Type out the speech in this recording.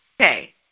Okay